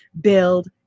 build